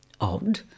Odd